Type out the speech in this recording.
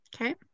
Okay